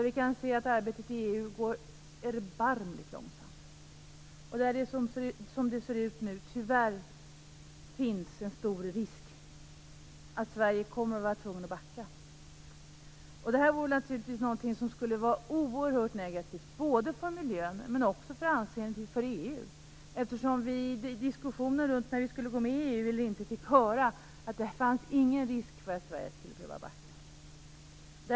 Vi kan där se att arbetet inom EU går erbarmligt långsamt. Som det nu ser ut finns det en stor risk att Sverige kommer att vara tvunget att backa. Det är naturligtvis något som vore oerhört negativt både för miljön och för anseendet för EU. I diskussionerna som fördes innan vi gick med i EU fick vi höra att det inte fanns någon risk för att Sverige skulle behöva backa.